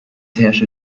herrsche